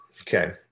okay